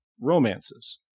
romances